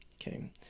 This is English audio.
Okay